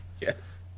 Yes